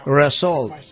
result